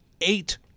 eight